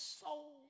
soul